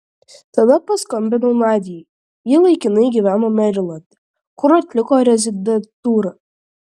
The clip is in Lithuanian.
tada paskambinau nadiai ji laikinai gyveno merilande kur atliko rezidentūrą